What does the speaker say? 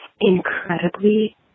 incredibly